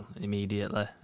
Immediately